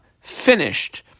finished